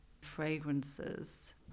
fragrances